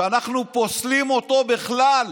שאנחנו פוסלים אותו בכלל,